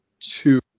two